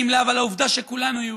היא העובדה שכולנו יהודים.